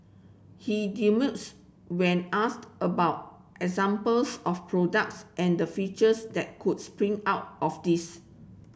he demurs when asked about examples of products and the features that could spring out of this